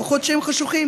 כוחות שהם חשוכים.